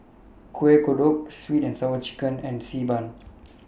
Kueh Kodok Sweet and Sour Chicken and Xi Ban